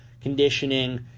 conditioning